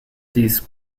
these